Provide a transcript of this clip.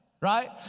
right